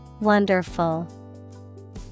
Wonderful